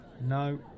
no